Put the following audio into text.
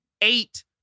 eight